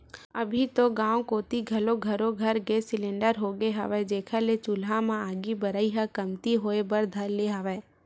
अभी तो गाँव कोती घलोक घरो घर गेंस सिलेंडर होगे हवय, जेखर ले चूल्हा म आगी बरई ह कमती होय बर धर ले हवय